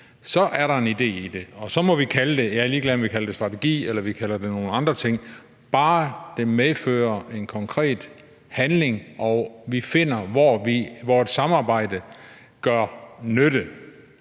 så er jeg ligeglad med, om vi kaldet det strategi eller nogle andre ting. Bare det medfører konkret handling og vi finder et sted, hvor et samarbejde gør nytte.